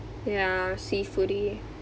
ya seafoody